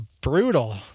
brutal